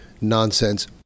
nonsense